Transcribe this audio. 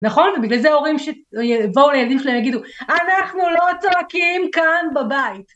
נכון? ובגלל זה ההורים שבאו לילדים שלהם יגידו, אנחנו לא צועקים כאן בבית.